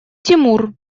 тимур